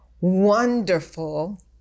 wonderful